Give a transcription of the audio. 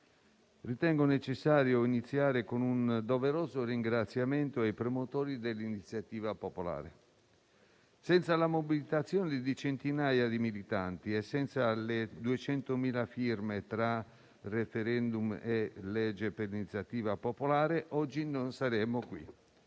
ritengo necessario iniziare con un doveroso ringraziamento ai promotori dell'iniziativa popolare. Senza la mobilitazione di centinaia di militanti e senza le 200.000 firme, tra *referendum* e legge di iniziativa popolare, oggi non saremmo qui;